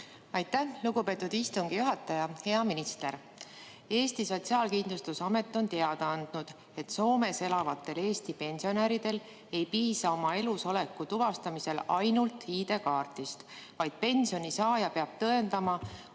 Aitäh, lugupeetud istungi juhataja! Hea minister! Eesti Sotsiaalkindlustusamet on teada andnud, et Soomes elavatel Eesti pensionäridel ei piisa oma elusoleku tuvastamisel ainult ID‑kaardist, vaid pensionisaaja peab tõendama